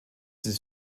his